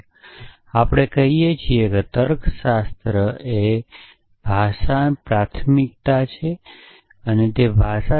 જ્યા આપણે કહીએ છીએ કે તર્કશાસ્ત્ર એ ભાષા